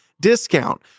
discount